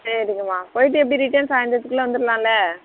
சரிங்கம்மா போயிட்டு எப்படி ரிட்டர்ன் சாய்ந்தரத்துக்குள்ளே வந்துர்லாம்ல